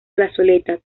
plazoleta